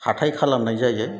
हाथाइ खालामनाय जायो